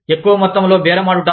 ఎక్కువ మొత్తంలో బేరమాడుట